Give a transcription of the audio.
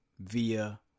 Via